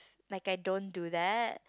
like I don't do that